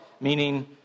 meaning